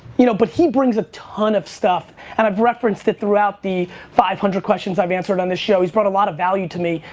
you know, but he brings a ton of stuff and i've referenced that through out the five hundred questions i've answered on this show, he's brought a lot of value to me.